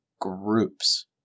groups